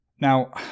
Now